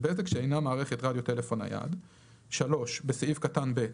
בזק שאינה מערכת רדיו טלפון נייד,"; (3)בסעיף קטן (ב)